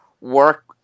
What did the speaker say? work